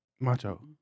Macho